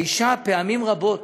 פעמים רבות,